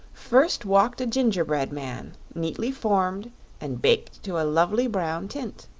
first walked a gingerbread man neatly formed and baked to a lovely brown tint.